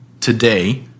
today